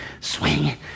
Swing